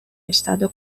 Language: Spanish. estado